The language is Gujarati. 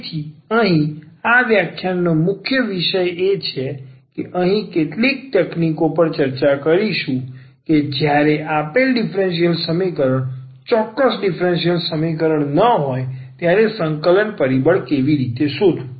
તેથી અહીં આ વ્યાખ્યાન નો મુખ્ય વિષય એ છે કે આપણે અહીં કેટલીક તકનીકો પર ચર્ચા કરીશું કે જ્યારે આપેલ ડીફરન્સીયલ સમીકરણ ચોક્કસ ડીફરન્સીયલ સમીકરણ ન હોય ત્યારે સંકલન પરિબળ કેવી રીતે શોધવું